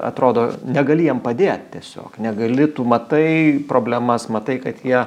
atrodo negali jiem padėt tiesiog negali tu matai problemas matai kad jie